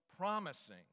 promising